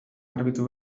garbitu